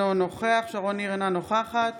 אינו נוכח שרון ניר, אינה נוכחת